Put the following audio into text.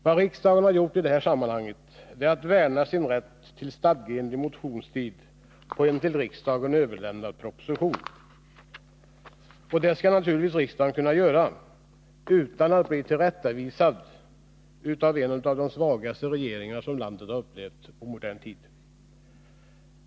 Vad riksdagen har gjort i detta sammanhang är att värna om sin rätt till stadgeenlig motionstid på en till riksdagen överlämnad proposition. Detta skall riksdagen naturligtvis kunna göra utan att bli tillrättavisad från en av de svagaste regeringar som landet har upplevt i modern tid.